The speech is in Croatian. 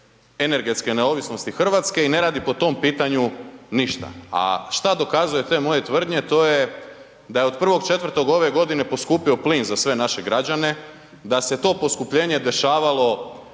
energetske neovisnosti RH i ne radi po tom pitanju ništa, a šta dokazuju te moje tvrdnje, to je da je od 1.4. ove godine poskupio plin za sve naše građane, da se to poskupljenje dešavalo